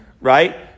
right